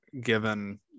given